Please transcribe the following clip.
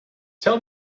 tell